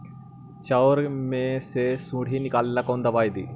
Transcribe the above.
चाउर में से सुंडी निकले ला कौन दवाई दी?